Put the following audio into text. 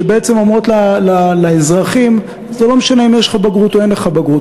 שבעצם אומרות לאזרחים: זה לא משנה אם יש לך בגרות או אין לך בגרות,